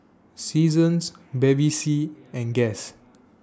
Seasons Bevy C and Guess